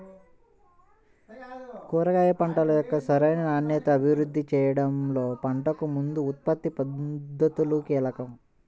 కూరగాయ పంటల యొక్క సరైన నాణ్యతను అభివృద్ధి చేయడంలో పంటకు ముందు ఉత్పత్తి పద్ధతులు కీలకం